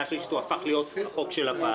וקריאה שלישית הוא הפך להיות לחוק של הוועדה